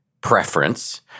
preference